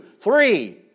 three